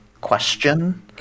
question